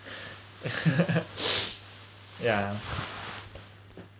yeah